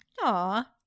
Aw